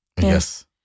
Yes